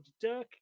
Dirk